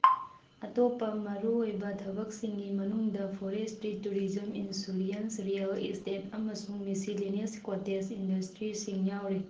ꯑꯇꯣꯞꯄ ꯃꯔꯨꯑꯣꯏꯕ ꯊꯕꯛꯁꯤꯡꯒꯤ ꯃꯅꯎꯡꯗ forestry tourism insurance real estate ꯑꯃꯁꯨꯡ ꯃꯤꯁꯤꯂꯤꯅꯤꯌꯁ ꯀꯣꯇꯦꯁ ꯏꯟꯗꯁꯇ꯭ꯔꯤꯁꯁꯤꯡ ꯌꯥꯎꯔꯤ